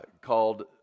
called